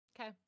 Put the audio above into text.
okay